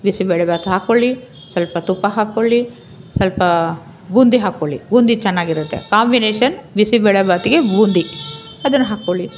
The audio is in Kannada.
ಬಿಸಿಬೇಳೆ ಬಾತ್ ಹಾಕ್ಕೊಳ್ಳಿ ಸ್ವಲ್ಪ ತುಪ್ಪ ಹಾಕ್ಕೊಳ್ಳಿ ಸ್ವಲ್ಪ ಬೂಂದಿ ಹಾಕ್ಕೊಳ್ಳಿ ಬೂಂದಿ ಚೆನ್ನಾಗಿರುತ್ತೆ ಕಾಂಬಿನೇಷನ್ ಬಿಸಿಬೇಳೆ ಬಾತ್ಗೆ ಬೂಂದಿ ಅದನ್ನ ಹಾಕ್ಕೊಳ್ಳಿ